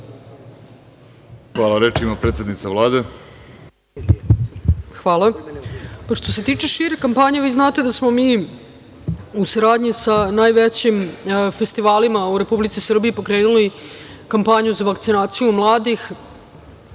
Hvala. Reč ima predsednica Vlade. **Ana Brnabić** Hvala. Što se tiče šire kampanje, vi znate da smo mi u saradnji sa najvećim festivalima u Republici Srbiji pokrenuli kampanju za vakcinaciju mladih.